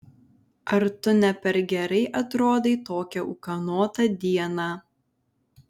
ar tu ne per gerai atrodai tokią ūkanotą dieną